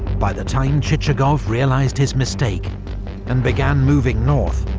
by the time chichagov realised his mistake and began moving north,